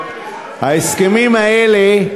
ההסכמים האלה,